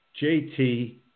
JT